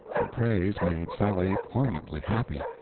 the praise made sally poignantly happy,